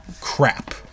crap